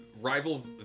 rival